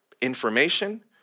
information